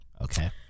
Okay